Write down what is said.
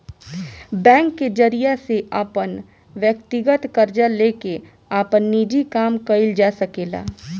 bank के जरिया से अपन व्यकतीगत कर्जा लेके आपन निजी काम कइल जा सकेला